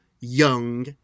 young